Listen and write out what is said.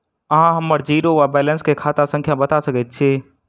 अहाँ हम्मर जीरो वा बैलेंस केँ खाता संख्या बता सकैत छी?